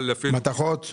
מתכות.